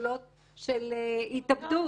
לפעולות של התאבדות.